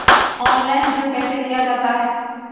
Online ऋण कैसे लिया जाता है?